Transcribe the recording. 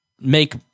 make